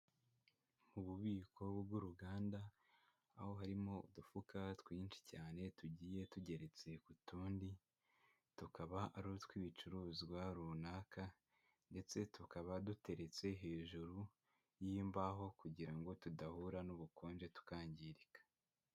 Mu bubiko bw'uruganda aho harimo udufuka twinshi cyane tugiye tugeretse ku tundi, tukaba ari utw'ibicuruzwa runaka ndetse tukaba duteretse hejuru y'imbaho kugira ngo tudahura n'ubukonje tukangirika.